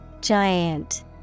Giant